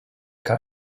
gar